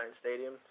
Stadium